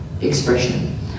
expression